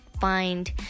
find